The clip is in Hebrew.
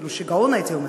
אפילו שיגעון, הייתי אומרת,